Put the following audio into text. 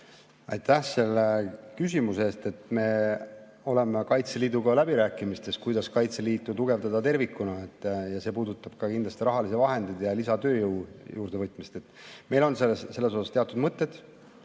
Aitäh selle küsimuse eest! Me oleme Kaitseliiduga läbirääkimistes, kuidas Kaitseliitu tugevdada tervikuna, ja see puudutab kindlasti ka rahalisi vahendeid ja lisatööjõu juurdevõtmist. Meil on selles osas teatud mõtted